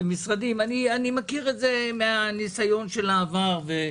ואני מכיר את זה מהניסיון של העבר.